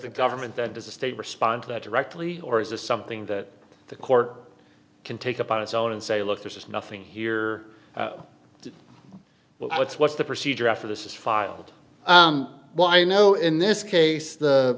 the government that does the state respond to that directly or is this something that the court can take up on its own and say look there's nothing here but what's what's the procedure after this is filed why no in this case the